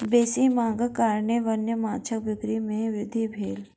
बेसी मांगक कारणेँ वन्य माँछक बिक्री में वृद्धि भेल